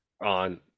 on